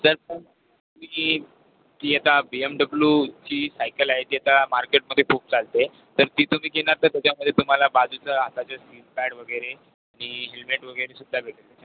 sir पण इ ती आता बी एम डब्लूची सायकल आहे ती आता मार्केटमध्ये खूप चालते जर ती तुम्ही घेणार तर त्याच्यामध्ये तुम्हाला बाजूचं हाताचं स्किट पॅड वगैरे आणि हेल्मेट वगैरे सुद्धा भेटेल तुम्हाला